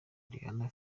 rihanna